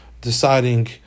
deciding